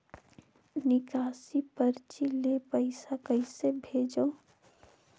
निकासी परची ले पईसा कइसे भेजों?